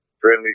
friendly